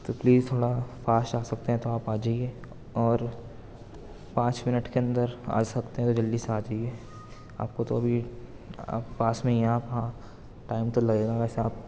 تو پلیز تھوڑا فاسٹ آ سکتے ہیں تو آپ آ جائیے اور پانچ منٹ کے اندر آ سکتے ہیں تو جلدی سے آ جائیے آپ کو تو ابھی آپ پاس میں ہی ہیں آپ ہاں ٹائم تو لگے گا ویسے آپ کو